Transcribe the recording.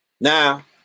Now